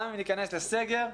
גם אם ניכנס לסגר,